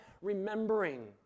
remembering